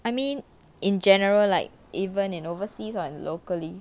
I mean in general like even in overseas or in locally